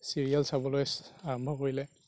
serial চাবলৈ আৰম্ভ কৰিলে